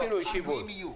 שינוי קיבולת.